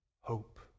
hope